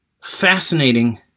Fascinating